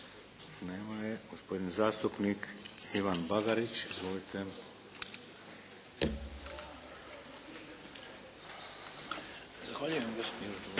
Nema je. Gospodin zastupnik Ivan Bagarić. Izvolite. **Bagarić,